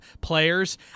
players